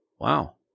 Wow